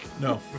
No